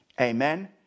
amen